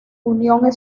union